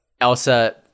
Elsa